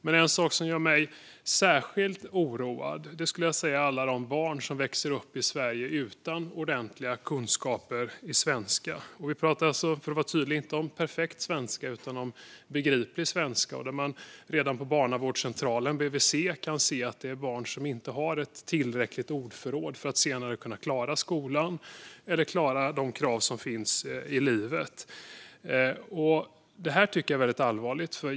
En sak som gör mig särskilt oroad är alla de barn som växer upp i Sverige utan ordentliga kunskaper i svenska. Vi pratar för att vara tydliga inte om perfekt svenska utan om begriplig svenska. Man kan redan på barnavårdscentralen, BVC, se att det finns barn som inte har ett tillräckligt ordförråd för att senare kunna klara skolan eller de krav som finns i livet. Det är väldigt allvarligt.